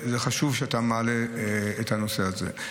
חשוב שאתה מעלה את הנושא הזה.